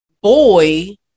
boy